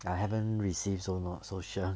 I haven't received so not so sure